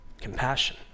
Compassion